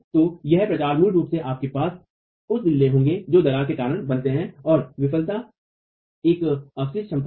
तो यह प्रचार मूल रूप से आपके पास उप दिल्हे होंगे जो दरारों के कारण बनते हैं और विफलता तक अवशिष्ट क्षमता है